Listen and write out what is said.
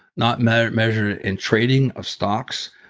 not measured measured in trading of stocks,